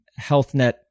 HealthNet